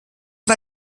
war